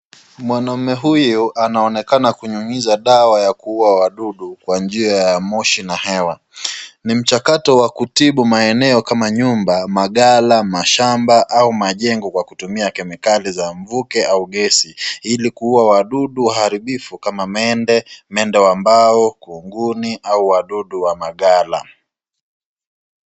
Mwanaume huyu anaonekana kunyunyiza dawa ya kuua wadudu kwa njia ya moshi na hewa. Ni mchakato wa kutibu maeneo kama nyumba, maghala, mashamba ua majengo kwa kutumia kemikali za mvuke au gesi ili kuua wadudu waharibifu kama mende, mende wa mbao, kunguni au wadudu wa maghala.